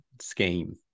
scheme